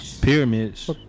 Pyramids